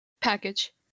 package